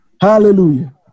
Hallelujah